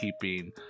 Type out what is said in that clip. keeping